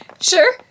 sure